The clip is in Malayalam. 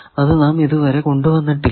അത് നാം ഇതുവരെ കൊണ്ടുവന്നിട്ടില്ല